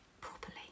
properly